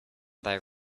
thy